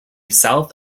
south